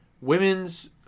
Women's